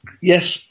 Yes